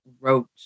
wrote